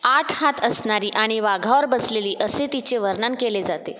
आठ हात असणारी आणि वाघावर बसलेली असे तिचे वर्णन केले जाते